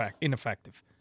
ineffective